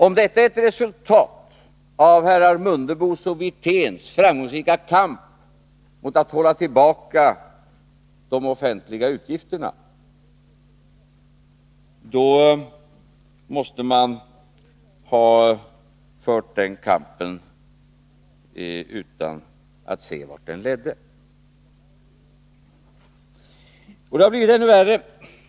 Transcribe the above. Om detta är ett resultat av herrar Mundebos och Wirténs framgångsrika kamp mot att hålla tillbaka de offentliga utgifterna, måste de ha fört den kampen utan att se vart den ledde. Och det har blivit ännu värre.